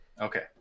Okay